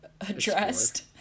addressed